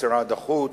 משרד החוץ,